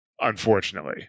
Unfortunately